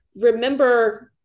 remember